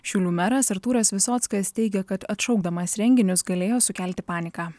šiaulių meras artūras visockas teigia kad atšaukdamas renginius galėjo sukelti paniką